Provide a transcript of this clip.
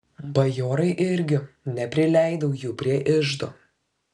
bajorai irgi neprileidau jų prie iždo